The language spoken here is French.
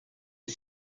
est